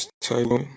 title